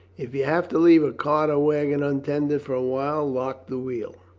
if you have to leave a cart or wagon untended for a while, lock the wheel.